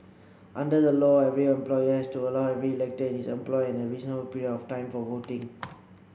under the law every employer has to allow every elector in his employ a reasonable period of time for voting